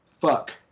Fuck